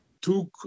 took